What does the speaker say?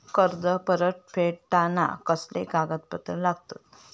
कर्ज परत फेडताना कसले कागदपत्र लागतत?